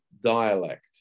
dialect